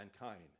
mankind